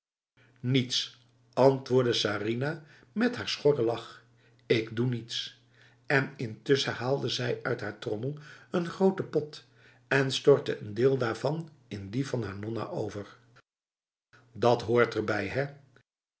niets antwoordde sarinah met haar schorre lach ik doe niets en intussen haalde zij uit haar trommel een grotere pot en stortte een deel daarvan in die van haar nonna over dat hoort erbij hè